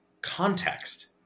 context